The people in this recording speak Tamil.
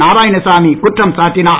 நாராயணசாமி குற்றம் சாட்டினார்